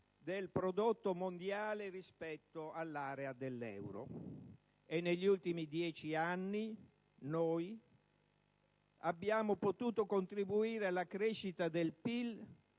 del prodotto mondiale rispetto all'area dell'euro. Negli ultimi dieci anni abbiamo potuto contribuire alla crescita del PIL